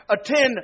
attend